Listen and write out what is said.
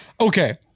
Okay